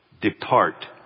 Depart